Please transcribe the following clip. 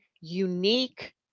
unique